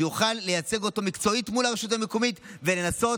שיוכל לייצג אותו מקצועית מול הרשות המקומית ולנסות